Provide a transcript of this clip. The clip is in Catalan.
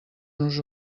nos